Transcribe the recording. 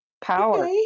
Power